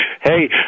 Hey